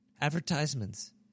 advertisements